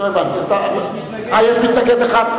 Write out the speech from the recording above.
יש מתנגד אחד.